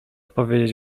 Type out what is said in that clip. powiedzieć